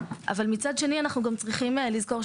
אבל מצד שני אנו צריכים לזכור,